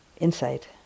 insight